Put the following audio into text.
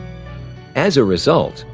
as a result,